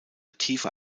tiefer